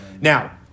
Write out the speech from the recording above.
Now